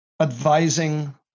advising